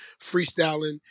freestyling